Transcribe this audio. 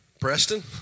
Preston